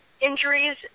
injuries